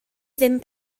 ddim